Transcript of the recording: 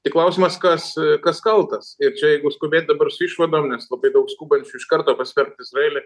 tik klausimas kas kas kaltas ir čia jeigu skubėt dabar su išvadom nes labai daug skubančių iš karto pasmerkt izraelį